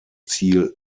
ziel